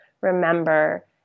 remember